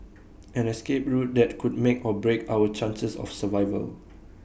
an escape route that could make or break our chances of survival